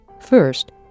First